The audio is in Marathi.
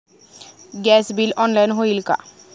गॅस बिल ऑनलाइन होईल का?